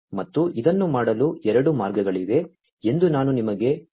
ಮತ್ತು ಇದನ್ನು ಮಾಡಲು ಎರಡು ಮಾರ್ಗಗಳಿವೆ ಎಂದು ನಾನು ನಿಮಗೆ ಹೇಳುತ್ತಿದ್ದೇನೆ